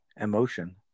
emotion